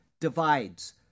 divides